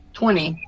twenty